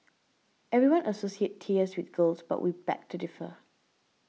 everyone associates tears with girls but we beg to differ